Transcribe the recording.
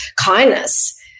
kindness